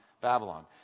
Babylon